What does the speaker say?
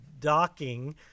docking